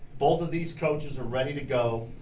both of these coaches are ready to go.